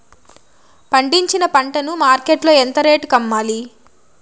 పండించిన పంట ను మార్కెట్ లో ఎంత రేటుకి అమ్మాలి?